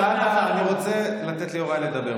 חבר הכנסת סעדה, אני רוצה לתת ליוראי לדבר.